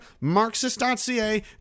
Marxist.ca